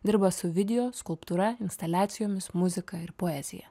dirba su video skulptūra instaliacijomis muzika ir poezija